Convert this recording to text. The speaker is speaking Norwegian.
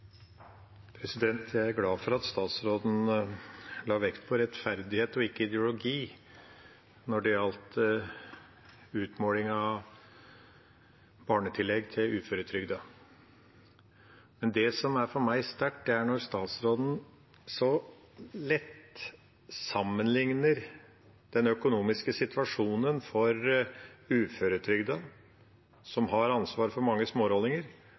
glad for at statsråden la vekt på rettferdighet og ikke ideologi når det gjaldt utmåling av barnetillegg til uføretrygdede. Men det som for meg er sterkt, er når statsråden så lett sammenligner den økonomiske situasjonen for uføretrygdede som har ansvaret for mange smårollinger,